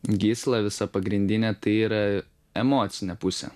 gysla visa pagrindinė tai yra emocinė pusė